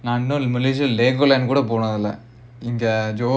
malaysia Legoland johor கூட போலாம்:kooda polaam